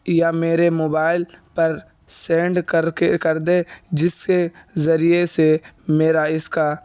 یا میرے موبائل پر سینڈ کر کے کر دے جس سے ذریعے سے میرا اس کا